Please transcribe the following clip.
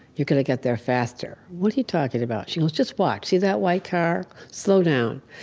you're going to get there faster. what are you talking about? she goes, just watch. see that white car? slow down.